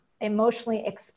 emotionally